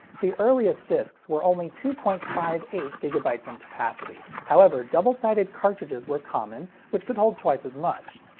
the earliest discs were only two point five eight gigabytes in capacity, however double-sided cartridges were common which could hold twice as much.